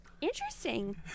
Interesting